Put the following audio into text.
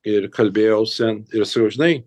ir kalbėjausi ir su žinai